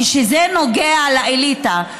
כשזה נוגע לאליטה,